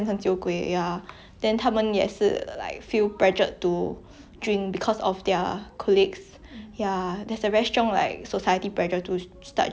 yeah there's like a very strong society pressure to start drinking yeah but yeah I get what you mean lah it's because it doesn't happen in singapore so 你也不可以去 like